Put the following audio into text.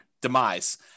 demise